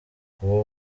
kuba